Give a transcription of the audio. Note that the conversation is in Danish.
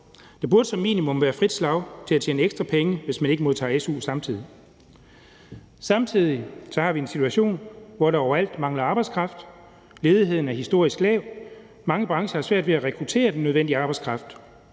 Der burde som minimum være frit slag til at tjene ekstra penge, hvis man ikke modtager su samtidig. Samtidig har vi en situation, hvor der overalt mangler arbejdskraft, ledigheden er historisk lav og mange brancher har svært ved at rekruttere den nødvendige arbejdskraft.